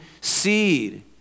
seed